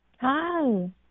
Hi